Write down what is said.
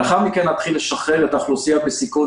לאחר מכן נתחיל לשחרר את האוכלוסייה בסיכון